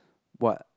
what